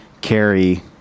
carry